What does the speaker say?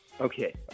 Okay